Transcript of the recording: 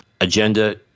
agenda